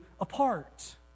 apart